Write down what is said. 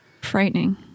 Frightening